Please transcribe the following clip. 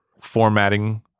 formatting